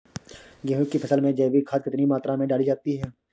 गेहूँ की फसल में जैविक खाद कितनी मात्रा में डाली जाती है?